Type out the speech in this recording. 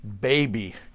baby